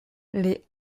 les